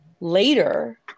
Later